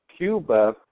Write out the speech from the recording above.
Cuba